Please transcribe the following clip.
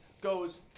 goes